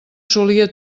solia